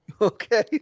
Okay